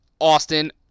Austin